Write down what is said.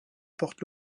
porte